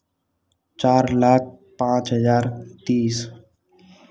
चार लाख पाँच हज़ार तीस